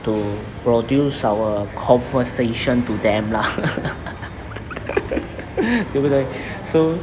to produce our conversation to them lah 对不对 so